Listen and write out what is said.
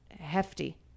hefty